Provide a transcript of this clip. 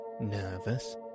nervous